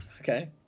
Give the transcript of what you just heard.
okay